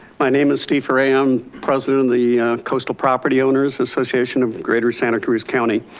my name is steve ray, i'm president of the coastal property owners association of greater santa cruz county.